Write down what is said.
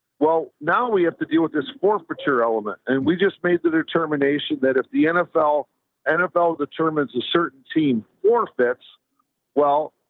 well, now we have to deal with this forfeiture element. and we just made the determination that if the nfl nfl determines a certain team or fits well,